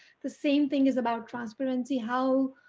the same thing as about transparency, how,